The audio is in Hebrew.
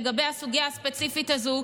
לגבי הסוגיה הספציפית הזאת,